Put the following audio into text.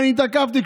ואני תקפתי.